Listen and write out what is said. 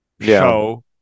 show